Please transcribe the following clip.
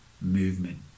movement